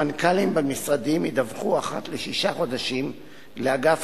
המנכ"לים במשרדים ידווחו אחת לשישה חודשים לאגף